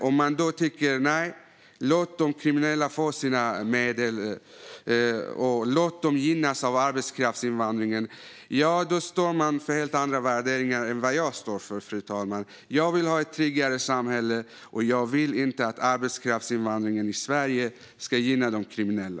Om man tycker att vi ska låta de kriminella gynnas och få sina medel från arbetskraftsinvandringen står man för helt andra värderingar än jag står för, fru talman. Jag vill ha ett tryggare samhälle, och jag vill inte att arbetskraftsinvandringen i Sverige ska gynna de kriminella.